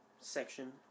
section